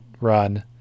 run